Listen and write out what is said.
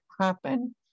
happen